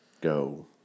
go